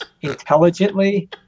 intelligently